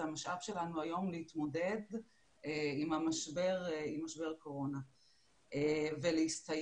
את המשאב שלנו היום להתמודד עם משבר הקורונה ולהסתייע,